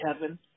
Kevin